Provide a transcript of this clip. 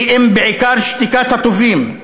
כי אם בעיקר את שתיקת הטובים.